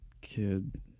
kid